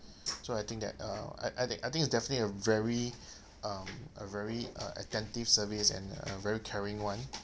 so I think that uh I I think I think it's definitely a very um a very uh attentive service and a very caring one